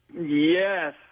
Yes